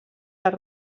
les